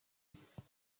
diagram